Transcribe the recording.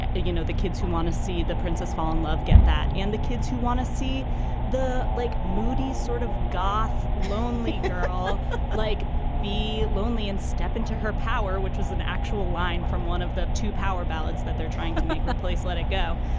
you know, the kids who want to see the princess fall in love. get that. and the kids who want to see the lake moody, sort of goth, lonely girl like be lonely and step into her power, which is an actual line from one of the two power ballads that they're trying to make that place let it go,